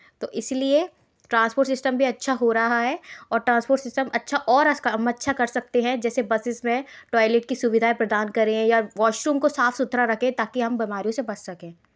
तो इसलिए transport system भी अच्छा हो रहा है और ट्रांसपोर्ट सिस्टम अच्छा और अच्छा कर सकते हैं जैसे बसेज़ में टॉयलेट की सुविधाएँ प्रदान करें या वाशरूम को साफ़ सुथरा रखें ताकि बीमारियों से बच सकें